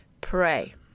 pray